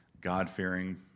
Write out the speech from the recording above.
God-fearing